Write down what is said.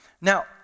Now